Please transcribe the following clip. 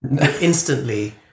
instantly